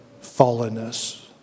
fallenness